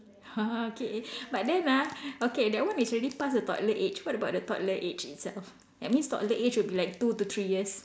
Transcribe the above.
!huh! K but then ah okay that one is already past the toddler age what about the toddler age itself that means toddler age would be like two to three years